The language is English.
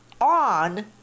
on